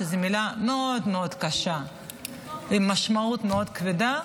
שזאת מילה מאוד מאוד קשה עם משמעות מאוד כבדה